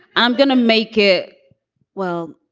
i'm going to make it well,